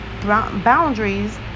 boundaries